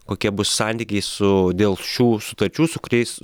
kokie bus santykiai su dėl šių sutarčių su kuriais